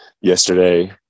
yesterday